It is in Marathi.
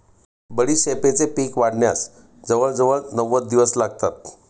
बडीशेपेचे पीक वाढण्यास जवळजवळ नव्वद दिवस लागतात